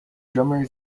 drummer